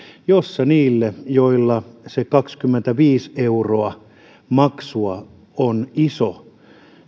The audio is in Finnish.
jossa niille joille kaksikymmentäviisi euroa on iso